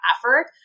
effort